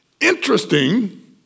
Interesting